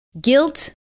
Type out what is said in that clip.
Guilt